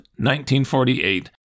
1948